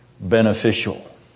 Beneficial